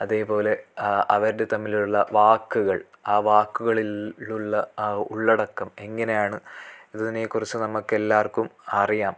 അതേപോലെ അവരുടെ തമ്മിലുള്ള വാക്കുകൾ ആ വാക്കുകളിൽ ലുള്ള ആ ഉള്ളടക്കം എങ്ങനെയാണ് ഇതിനെക്കുറിച്ച് നമ്മൾക്കെല്ലാവർക്കും അറിയാം